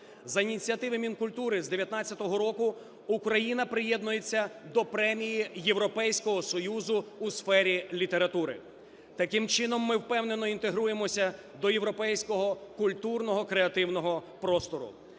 За ініціативи Мінкультури з 19-го року Україна приєднується до премії Європейського Союзу у сфері літератури. Таким чином ми впевнено інтегруємося до європейського культурного креативного простору.